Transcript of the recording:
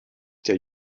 der